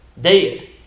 Dead